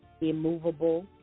immovable